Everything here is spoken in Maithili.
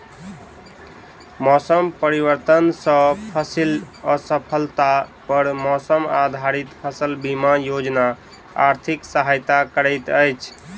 मौसम परिवर्तन सॅ फसिल असफलता पर मौसम आधारित फसल बीमा योजना आर्थिक सहायता करैत अछि